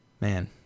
man